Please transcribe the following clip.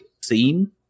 scene